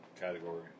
category